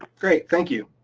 great, thank you.